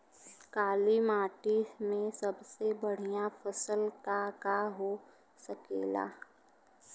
काली माटी में सबसे बढ़िया फसल का का हो सकेला?